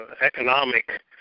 economic